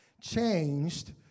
changed